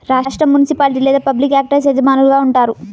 రాష్ట్రం, మునిసిపాలిటీ లేదా public actors యజమానులుగా ఉంటారు